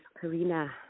Karina